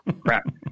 crap